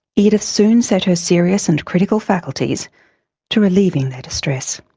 edith soon set her serious and critical faculties to relieving their distress.